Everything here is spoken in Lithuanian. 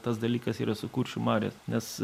tas dalykas yra su kuršių mariom nes